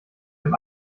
dem